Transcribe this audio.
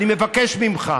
אני מבקש ממך,